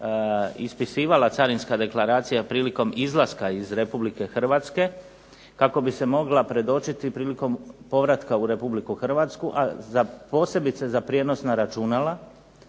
ispisivala carinska deklaracija prilikom izlaska iz Republike Hrvatske kako bi se mogla predočiti prilikom povratka u Republiku Hrvatsku, a posebice za prijenosna računala